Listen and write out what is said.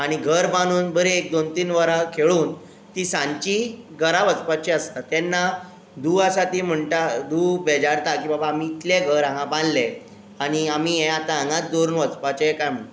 आनी घर बांदून बरें एक दोन तीन बरां खेळून तीं सांचीं घरा वचपाचीं आसता तेन्ना धूव आसा ती म्हणटा धूव बेजारता की बाबा आमी इतलें घर हांगा बांदलें आनी आमी हें आतां हांगांत दवरून वचपाचें काय म्हूण